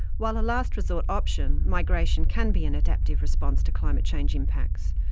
while a last resort option, migration can be an adaptive response to climate change impacts.